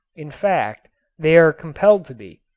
in fact they are compelled to be,